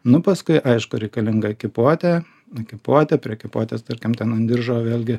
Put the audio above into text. nu paskui aišku reikalinga ekipuotė ekipuotė prie ekipuotės tarkim ten ant diržo vėlgi